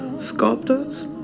sculptors